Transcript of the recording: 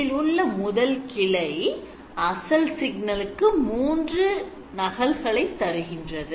இதில் உள்ள முதல் கிளை அசல் சிக்னலுக்கு 3 நகல்களை தருகின்றது